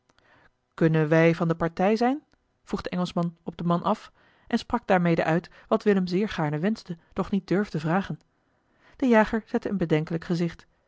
kunnen wij van de partij zijn vroeg de engelschman op den man af en sprak daarmede uit wat willem zeer gaarne wenschte doch niet durfde vragen de jager zette een bedenkelijk gezicht